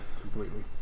completely